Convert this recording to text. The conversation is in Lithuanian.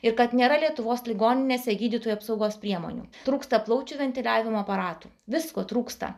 ir kad nėra lietuvos ligoninėse gydytojų apsaugos priemonių trūksta plaučių ventiliavimo aparatų visko trūksta